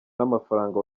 n’amafaranga